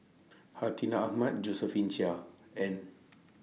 Hartinah Ahmad Josephine Chia and